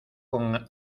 con